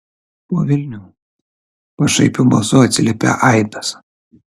po velnių pašaipiu balsu atsiliepė aidas